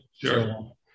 Sure